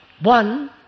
One